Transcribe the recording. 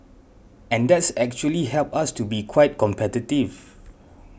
and that's actually helped us to be quite competitive